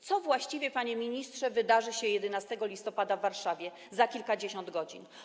Co właściwie, panie ministrze, wydarzy się 11 listopada w Warszawie, za kilkadziesiąt godzin?